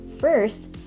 First